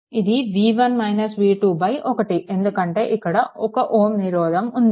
ఇది 1 ఎందుకంటే ఇక్కడ ఒక Ω నిరోధకం ఉంది